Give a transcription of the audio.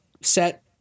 set